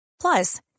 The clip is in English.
Plus